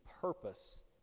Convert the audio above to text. purpose